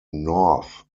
north